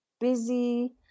busy